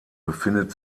befindet